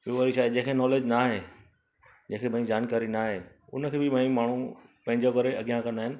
ॿियों वरी छाहे जंहिंखे नॉलेज न आहे जंहिंखे भई जानकारी न आहे हुनखे बि भई माण्हू पंहिंजो करे अॻियां कंदा आहिनि